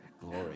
glory